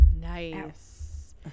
Nice